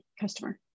customer